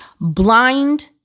Blind